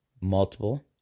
multiple